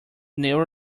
neural